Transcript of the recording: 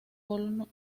colonos